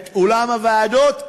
את אולם הוועדות.